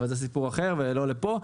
זה סיפור אחר ולא לפה.